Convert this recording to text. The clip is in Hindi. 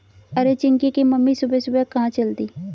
अरे चिंकी की मम्मी सुबह सुबह कहां चल दी?